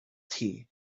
tea